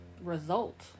result